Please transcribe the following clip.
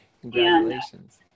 Congratulations